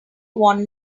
want